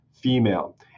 female